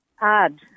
add